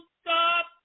stop